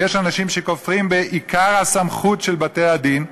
ויש אנשים שכופרים בעיקר הסמכות של בתי-הדין,